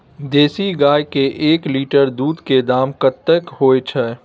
देसी गाय के एक लीटर दूध के दाम कतेक होय छै?